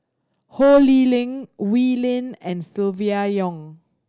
Ho Lee Ling Wee Lin and Silvia Yong